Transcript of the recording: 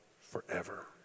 forever